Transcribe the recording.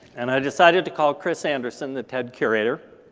and i decided to call chris anderson, the ted curator.